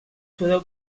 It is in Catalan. podeu